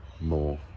more